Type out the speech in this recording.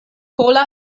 pola